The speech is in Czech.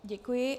Děkuji.